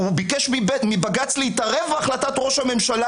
הוא ביקש מבג"ץ להתערב בהחלטת ראש הממשלה